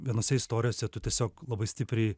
vienose istorijose tu tiesiog labai stipriai